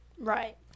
Right